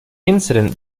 incident